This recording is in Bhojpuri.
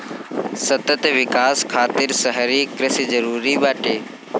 सतत विकास खातिर शहरी कृषि जरूरी बाटे